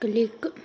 click